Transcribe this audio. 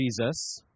Jesus